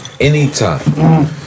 anytime